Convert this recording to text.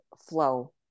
flow